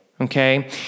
okay